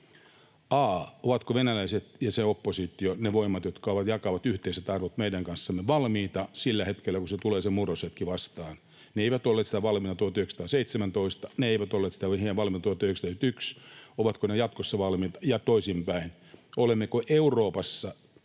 Ovatko venäläiset ja se oppositio, ne voimat, jotka jakavat yhteiset arvot meidän kanssamme, valmiita sillä hetkellä, kun se murroshetki tulee vastaan? Ne eivät olleet valmiina 1917, ne eivät olleet valmiina 1991. Ovatko ne jatkossa valmiit? Ja toisinpäin: olemmeko me kaikki